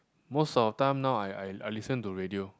most of time now I I I listen to radio